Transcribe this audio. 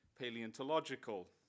paleontological